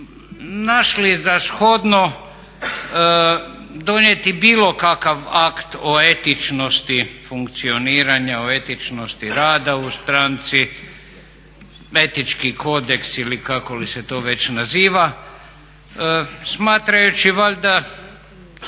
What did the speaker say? našli za shodno donijeti bilo kakav akt o etičnosti funkcioniranja, o etičnosti rada u stranci, Etički kodeks ili kako li se to već naziva smatrajući valjda